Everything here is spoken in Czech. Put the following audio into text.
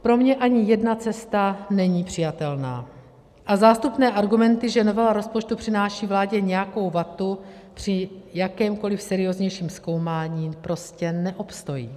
Pro mě ani jedna cesta není přijatelná a zástupné argumenty, že novela rozpočtu přináší vládě nějakou vatu, při jakémkoli serióznějším zkoumání prostě neobstojí.